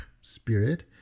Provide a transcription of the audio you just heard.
spirit